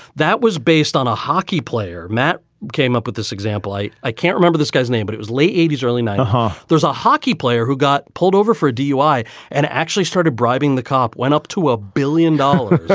that was based on a hockey player. matt came up with this example. i i can't remember this guy's name, but it was late eighty s, early ninety s. ah there's a hockey player who got pulled over for a dui and actually started bribing. the cop went up to a billion dollar.